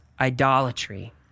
idolatry